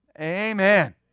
Amen